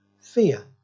fear